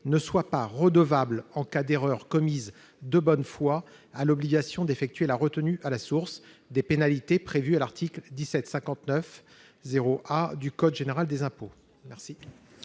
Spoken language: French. ne soient pas redevables, en cas d'erreur commise de bonne foi concernant l'obligation d'effectuer la retenue à la source, des pénalités prévues à l'article 1759-0-A du code général des impôts.